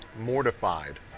mortified